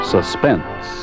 Suspense